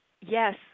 yes